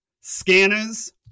Scanners